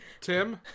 Tim